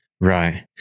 Right